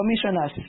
commissioners